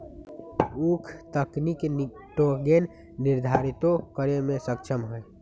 उख तनिक निटोगेन निर्धारितो करे में सक्षम हई